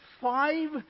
five